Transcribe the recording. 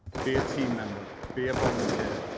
be a team member, be a volunteer,